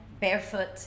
barefoot